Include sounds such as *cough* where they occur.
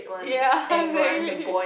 ya *laughs* exactly